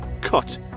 cut